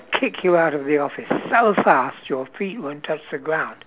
kick you out of the office so fast your feet won't touch the ground